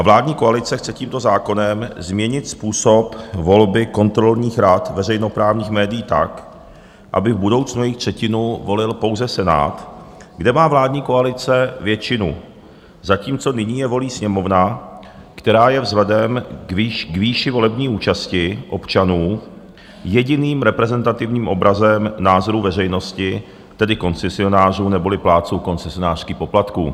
Vládní koalice chce tímto zákonem změnit způsob volby kontrolních rad veřejnoprávních médií tak, aby v budoucnu jejich třetinu volil pouze Senát, kde má vládní koalice většinu, zatímco nyní je volí Sněmovna, která je vzhledem k výši volební účasti občanů jediným reprezentativním obrazem názorů veřejnosti, tedy koncesionářů neboli plátců koncesionářských poplatků.